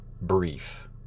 brief